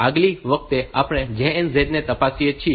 તેથી આગલી વખતે આપણે આ JNZ ને તપાસીએ